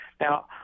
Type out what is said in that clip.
Now